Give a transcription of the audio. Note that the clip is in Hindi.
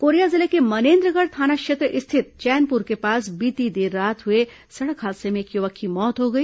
कोरिया जिले के मनेन्द्रगढ़ थाना क्षेत्र स्थित चैनपुर के पास बीती देर रात हुए सड़क हादसे में एक युवक की मौत हो गई